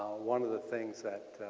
one of the things that